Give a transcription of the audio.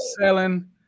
selling